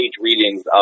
readings